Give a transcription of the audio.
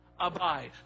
Abide